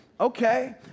Okay